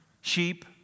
sheep